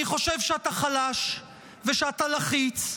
אני חושב שאתה חלש ושאתה לחיץ,